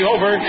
Over